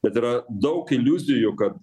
bet yra daug iliuzijų kad